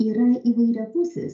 yra įvairiapusis